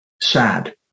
sad